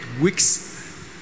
weeks